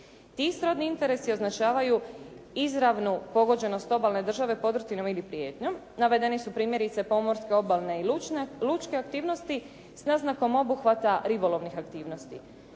Ti srodni interesi označavaju izravnu pogođenost obalne države podrtinama ili prijetnjom. Navedeni su primjerice pomorske, obalne i lučke aktivnosti s naznakom obuhvata ribolovnih aktivnostima.